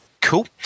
Cool